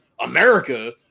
America